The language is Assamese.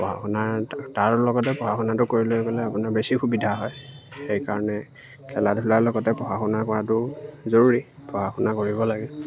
পঢ়া শুনা তাৰ লগতে পঢ়া শুনাটো কৰিলৈ গ'লে আপোনাৰ বেছি সুবিধা হয় সেইকাৰণে খেলা ধূলাৰ লগতে পঢ়া শুনা কৰাটো জৰুৰী পঢ়া শুনা কৰিব লাগে